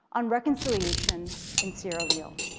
on reconciliation in sierra leone.